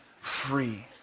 free